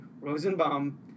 Rosenbaum